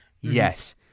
Yes